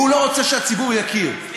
והוא לא רוצה שהציבור יכיר,